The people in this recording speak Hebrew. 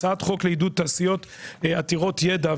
הצעת חוק לעידוד תעשיות עתירות ידע,